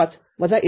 ५ - १